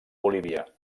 bolívia